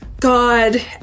God